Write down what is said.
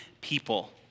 people